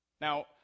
Now